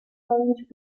orange